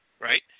right